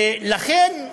לכן,